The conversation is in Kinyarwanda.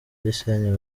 gisenyi